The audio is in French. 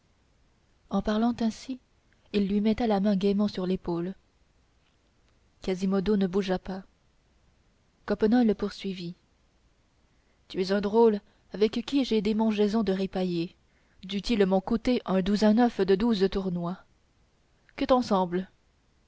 en parlant ainsi il lui mettait la main gaiement sur l'épaule quasimodo ne bougea pas coppenole poursuivit tu es un drôle avec qui j'ai démangeaison de ripailler dût-il m'en coûter un douzain neuf de douze tournois que t'en semble